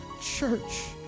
church